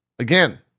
Again